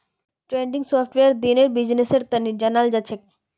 trending सॉफ्टवेयरक दिनेर बिजनेसेर तने जनाल जाछेक